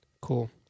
Cool